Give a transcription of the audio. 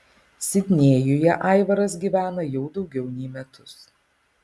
sidnėjuje aivaras gyvena jau daugiau nei metus